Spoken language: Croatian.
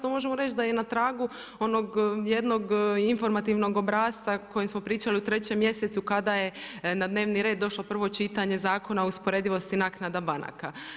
To možemo reći da je i na tragu onog jednog informativnog obrasca o kojem smo pričali u 3. mjesecu kada je na dnevni red došlo prvo čitanje Zakona o usporedivosti naknada banaka.